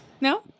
No